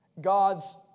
God's